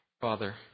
Father